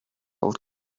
old